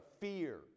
fear